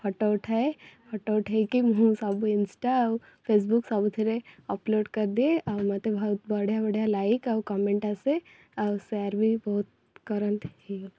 photo ଉଠାଏ photo ଉଠାଇକି ମୁଁ ସବୁ ଇନଷ୍ଟା ଆଉ ଫେସବୁକ ସବୁଥିରେ ଅପଲୋଡ଼ କରିଦିଏ ଆଉ ମୋତେ ବହୁତ ବଢ଼ିଆ ବଢ଼ିଆ ଲାଇକ ଆଉ କମେଣ୍ଟ୍ ଆସେ ଆଉ ସେୟାର ବି ବହୁତ କରନ୍ତି ହେଇଗଲା